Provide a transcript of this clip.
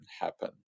happen